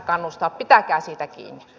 pitäkää siitä kiinni